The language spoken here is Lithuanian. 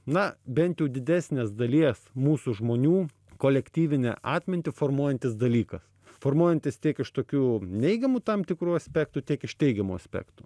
na bent jau didesnės dalies mūsų žmonių kolektyvinę atmintį formuojantis dalykas formuojantis tiek iš tokių neigiamų tam tikrų aspektų tiek iš teigiamų aspektų